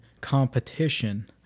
competition